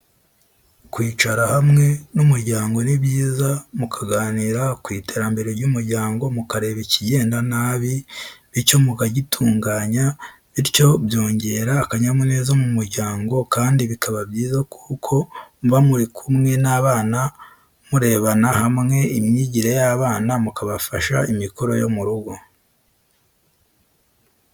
Kwicara hamwe n'umuryango ni byiza mukaganira ku iterambere ry'umuryango mukareba ikigenda nabi, bityo mukagitunganya. Bityo byongera akanyamuneza mu muryango kandi bikaba byiza kuko muba murikumwe n'abana murebera hamwe imyigire y'abana mukabafasha imikoro yo mu rugo.